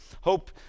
Hope